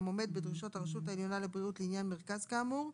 עומד בדרישות הרשות העליונה לבריאות לעניין מרכז כאמור,